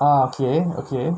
ah okay okay